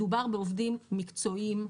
מדובר בעובדים מקצועיים,